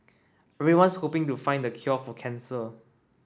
everyone's hoping to find the cure for cancer